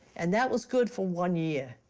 and that was good for one year.